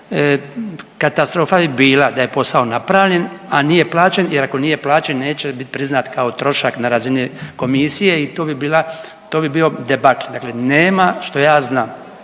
katastrofa je bila, da je posao napravljen, a nije plaćen jer ako nije plaćen neće biti priznat kao trošak na razini Komisije i to bi bila, to bi bio debakl. Dakle nema što ja znam,